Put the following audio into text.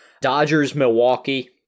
Dodgers-Milwaukee